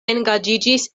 engaĝiĝis